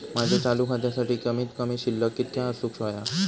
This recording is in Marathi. माझ्या चालू खात्यासाठी कमित कमी शिल्लक कितक्या असूक होया?